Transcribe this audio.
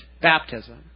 baptism